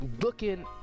looking